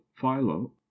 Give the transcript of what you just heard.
philo